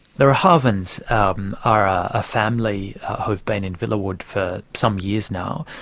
the rahavans um are a family who've been in villawood for some years now,